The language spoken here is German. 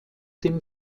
dem